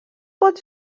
pot